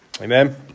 Amen